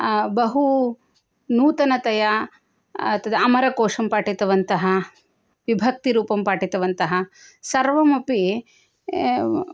बहुनूतनतया तद् अमरकोषं पाठितवन्तः विभक्तिरूपं पाठितवन्तः सर्वमपि